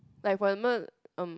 like for example erm